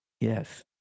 Yes